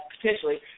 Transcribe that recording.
potentially